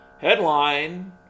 Headline